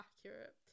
accurate